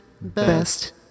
best